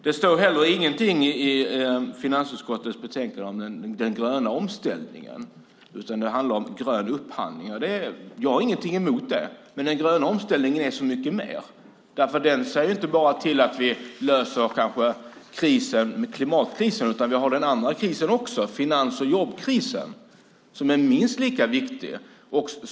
Det står heller ingenting i finansutskottets utlåtande om den gröna omställningen, utan det handlar om grön upphandling. Jag har ingenting emot det, men den gröna omställningen är så mycket mer. Den ser ju inte bara till att vi kanske löser klimatkrisen. Vi har finans och jobbkrisen också som är minst lika viktig.